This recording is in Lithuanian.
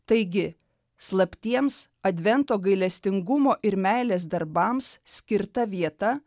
taigi slaptiems advento gailestingumo ir meilės darbams skirta vieta